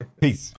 Peace